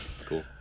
cool